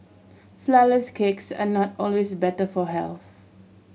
flourless cakes are not always better for health